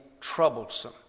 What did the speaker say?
troublesome